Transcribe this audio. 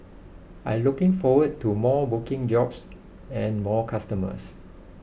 I looking forward to more booking jobs and more customers